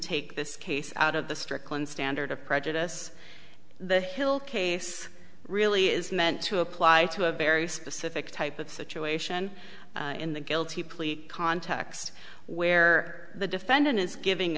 take this case out of the strickland standard of prejudice the hill case really is meant to apply to a very specific type of situation in the guilty plea context where the defendant is giving